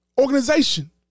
Organization